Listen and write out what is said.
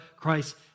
Christ